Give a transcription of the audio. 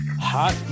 Hot